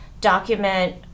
document